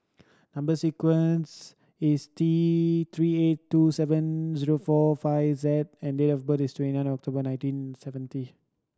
number sequence is T Three eight two seven zero four five Z and date of birth is twenty nine October nineteen seventy